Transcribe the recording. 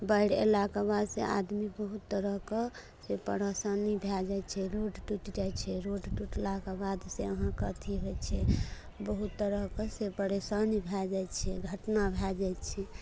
बाढ़ि अयलाके बाद से आदमी बहुत तरहके से परेशानी भए जाइ छै रोड टुटि जाइ छै रोड टुटलाके बाद से अहाँके अथी होइ छै बहुत तरहके से परेशानी भए जाइ छै घटना भए जाइ छै